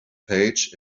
page